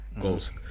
goals